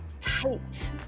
tight